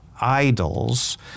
idols